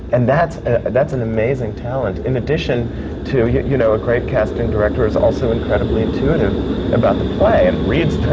and that's ah that's an amazing talent. in addition to, you know, a great casting director is also incredibly intuitive about the play and, you